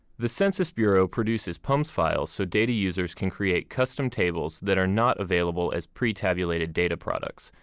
the census bureau produces pums files so data users can create custom tables that are not available as pre-tabulated data products,